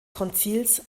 konzils